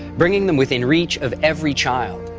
bringing them within reach of every child.